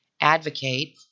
advocate